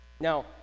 now